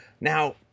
Now